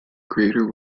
greater